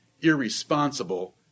irresponsible